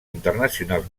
internacionals